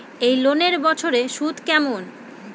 এই লোনের বছরে সুদ কেমন?